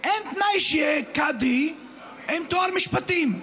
אין תנאי שהוא יהיה עם תואר במשפטים,